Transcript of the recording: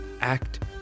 act